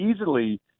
easily